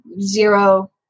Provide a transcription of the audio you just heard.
zero